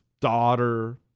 daughter